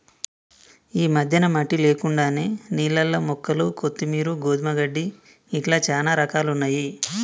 ఈ మధ్యన మట్టి లేకుండానే నీళ్లల్ల మొక్కలు కొత్తిమీరు, గోధుమ గడ్డి ఇట్లా చానా రకాలున్నయ్యి